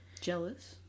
Jealous